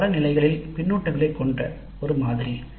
இது பல நிலைகளில் பின்னூட்டங்களைக் கொண்ட ஒரு மாதிரி